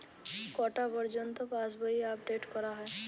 কটা পযর্ন্ত পাশবই আপ ডেট করা হয়?